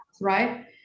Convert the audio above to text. right